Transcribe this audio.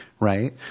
Right